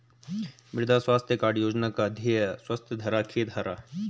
मृदा स्वास्थ्य कार्ड योजना का ध्येय है स्वस्थ धरा, खेत हरा